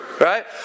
right